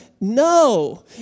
no